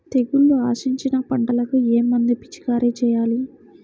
తెగుళ్లు ఆశించిన పంటలకు ఏ మందు పిచికారీ చేయాలి?